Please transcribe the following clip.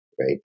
right